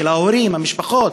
של ההורים, המשפחות,